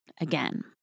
again